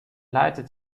leitet